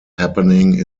happening